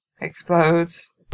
Explodes